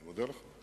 אני מודה לך.